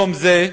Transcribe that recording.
ג'מאל זחאלקה,